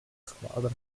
squadra